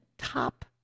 top